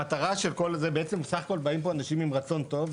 המטרה של כל זה בעצם סך הכל באים לפה אנשים עם רצון טוב,